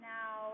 Now